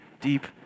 deep